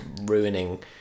ruining